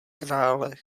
krále